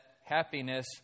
happiness